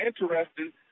interesting